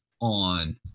on